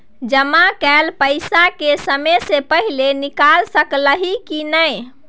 जमा कैल पैसा के समय से पहिले निकाल सकलौं ह की नय?